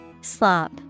Slop